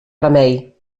remei